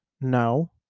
no